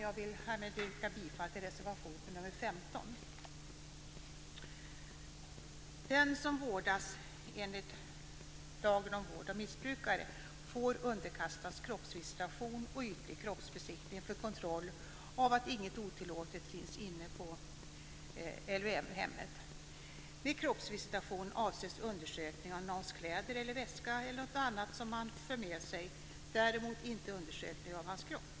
Jag vill härmed yrka bifall till reservation nr 15. Den som vårdas enligt lagen om vård av missbrukare får underkastas kroppsvisitation och ytlig kroppsbesiktning för kontroll av att inget otillåtet finns inne på LVM-hemmet. Med kroppsvisitation avses undersökning av någons kläder, väska eller annat som han för med sig, däremot inte undersökning av hans kropp.